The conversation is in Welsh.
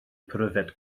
pryfed